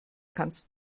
kannst